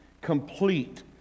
complete